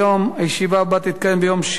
הישיבה הבאה תתקיים ביום שני,